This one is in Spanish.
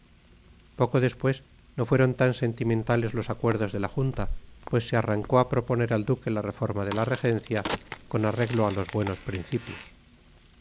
poco después no fueron tan sentimentales los acuerdos de la junta pues se arrancó a proponer al duque la reforma de la regencia con arreglo a los buenos principios